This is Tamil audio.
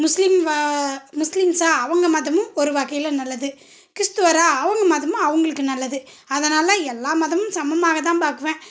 முஸ்லீம் முஸ்லீம்சா அவங்க மதமும் ஒரு வகையில் நல்லது கிறிஸ்துவரா அவங்க மதமும் அவங்களுக்கு நல்லது அதனால் எல்லாம் மதமும் சமமாகதான் பார்க்குவேன்